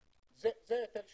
זה היטל ששינסקי.